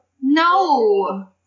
No